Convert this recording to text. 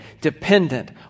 dependent